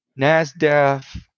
NASDAQ